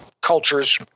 cultures